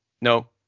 No